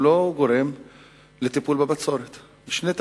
הוא לא גורם לטיפול בבצורת משני טעמים.